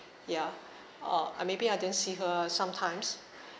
ya uh and maybe I didn't see her sometimes